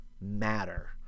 matter